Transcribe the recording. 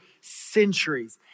centuries